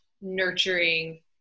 nurturing